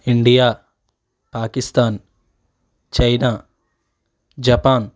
India Pakistan China Japan